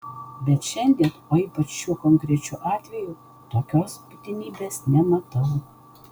bet šiandien o ypač šiuo konkrečiu atveju tokios būtinybės nematau